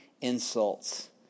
insults